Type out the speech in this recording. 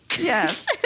Yes